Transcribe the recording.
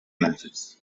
matches